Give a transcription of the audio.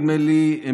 נדמה לי,